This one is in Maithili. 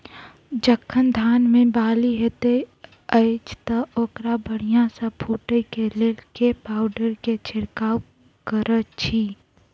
जखन धान मे बाली हएत अछि तऽ ओकरा बढ़िया सँ फूटै केँ लेल केँ पावडर केँ छिरकाव करऽ छी?